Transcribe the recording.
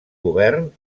govern